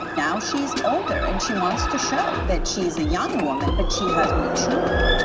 now she's older, and she wants to show that she's a young woman, but she has matured.